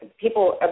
people